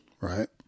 right